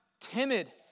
Timid